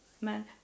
man